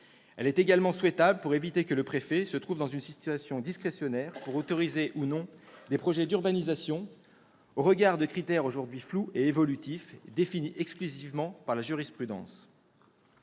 Elle est également souhaitable pour éviter que le préfet ne se trouve dans une situation discrétionnaire au moment d'autoriser ou non des projets d'urbanisation au regard de critères aujourd'hui flous et évolutifs, définis exclusivement par la jurisprudence.